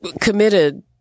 committed